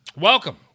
Welcome